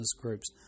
groups